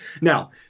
Now